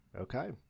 Okay